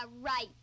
right